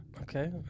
okay